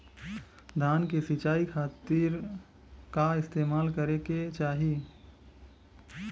धान के सिंचाई खाती का इस्तेमाल करे के चाही?